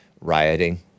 rioting